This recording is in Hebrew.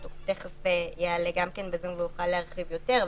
גרוטו יעלה בזום ויוכל להרחיב יותר,